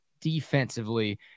defensively